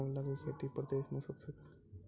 आंवला के खेती उत्तर प्रदेश मअ सबसअ बेसी हुअए छै